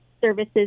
services